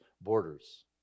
borders